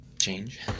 change